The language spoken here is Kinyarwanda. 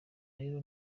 rero